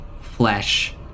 flesh